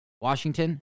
Washington